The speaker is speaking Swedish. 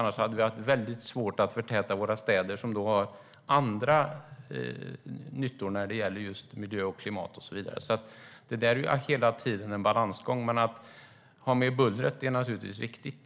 Annars skulle vi ha väldigt svårt att förtäta våra städer, som har andra nyttor när det gäller just miljö, klimat och så vidare. Det är hela tiden en balansgång. Men att ha med bullret är naturligtvis viktigt.